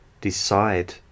decide